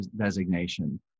designation